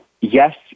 yes